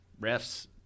refs